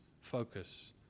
focus